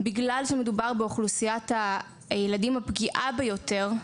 בגלל שמדובר באוכלוסיית הילדים הפגיעה ביותר,